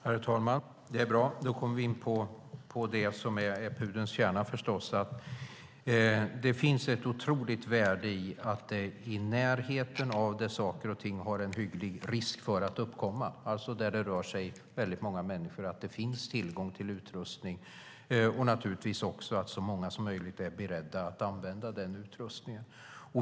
Herr talman! Det är bra. Då kommer vi in på det som förstås är pudelns kärna: Det finns ett otroligt värde i att det i närheten av platser där saker och ting har en hygglig risk för att uppkomma - alltså där det rör sig många människor - finns tillgång till utrustning. Det gäller naturligtvis också att så många som möjligt är beredda att använda denna utrustning.